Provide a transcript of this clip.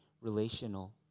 relational